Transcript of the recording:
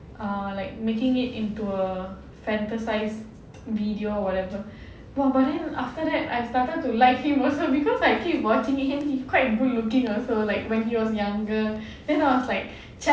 err like making it into a fantasize video or whatever !wah! but then after that I started to like him also because I keep watching him he quite good looking also like when he was younger then I was like